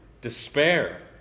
despair